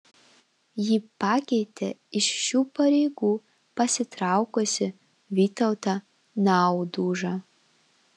ji pakeitė iš šių pareigų pasitraukusi vytautą naudužą